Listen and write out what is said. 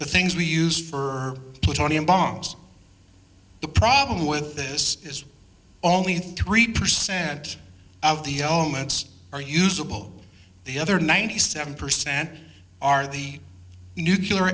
the things we use for twenty m bombs the problem with this is only three percent of the elements are usable the other ninety seven percent are the nucular